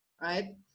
right